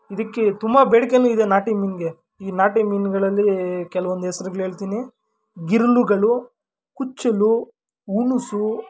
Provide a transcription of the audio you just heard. ಇದಕ್ಕೆ ತುಂಬ ಬೇಡ್ಕೆನೂ ಇದೆ ನಾಟಿ ಮೀನಿಗೆ ಈ ನಾಟಿ ಮೀನುಗಳಲ್ಲಿ ಕೆಲ್ವೊಂದು ಹೆಸ್ರುಗ್ಳ್ ಹೇಳ್ತೀನಿ ಗಿರ್ಲುಗಳು ಕುಚ್ಚುಲು ಉಣುಸು